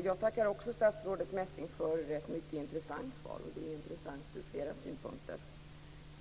Fru talman! Är detta en ny syn på jämställdhetspolitiken? frågar ni mig. Nej, det är snarare en gammal syn. Det